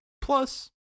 plus